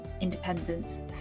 independence